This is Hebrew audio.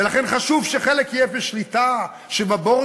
ולכן חשוב שחלק יהיה בשליטה, שיהיה ב-board.